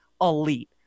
elite